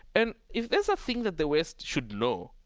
and if there's a thing that the west should know,